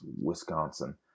Wisconsin